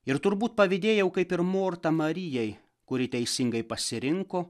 ir turbūt pavydėjau kaip ir morta marijai kuri teisingai pasirinko